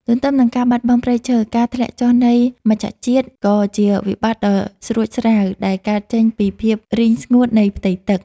ទន្ទឹមនឹងការបាត់បង់ព្រៃឈើ ការធ្លាក់ចុះនៃមច្ឆជាតិក៏ជាវិបត្តិដ៏ស្រួចស្រាវដែលកើតចេញពីភាពរីងស្ងួតនៃផ្ទៃទឹក។